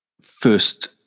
first